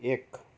एक